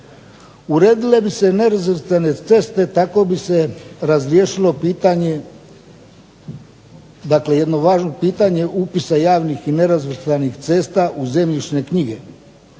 Uredile bi se nerazvrstane ceste, tako bi se razriješilo jedno važno pitanje upisa javnih i nerazvrstanih cesta u zemljišne knjige.